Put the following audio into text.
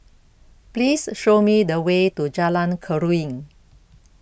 Please Show Me The Way to Jalan Keruing